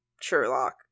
Sherlock